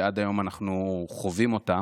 שעד היום אנחנו חווים אותה.